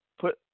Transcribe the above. put